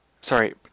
Sorry